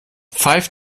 pfeift